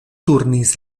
turnis